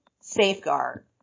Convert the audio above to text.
safeguard